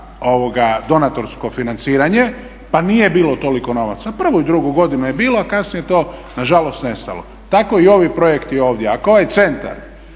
donatorsko financiranje pa nije bilo toliko novaca. Prvu i drugu godinu je bilo, a kasnije je to nažalost nestalo. Tako i ovi projekti ovdje, ako ovaj centar